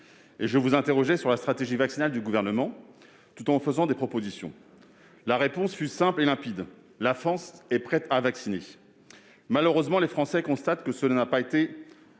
et je vous interrogeais sur la stratégie vaccinale du Gouvernement, tout en vous faisant des propositions. Votre réponse fut simple et limpide :« La France est prête à vacciner. » Malheureusement, les Français constatent que les choses ne